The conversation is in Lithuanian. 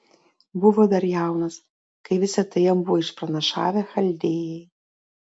buvo dar jaunas kai visa tai jam buvo išpranašavę chaldėjai